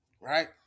right